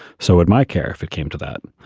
so at my care, if it came to that,